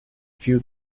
few